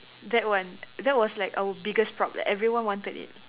that one that was like our biggest prop everyone wanted it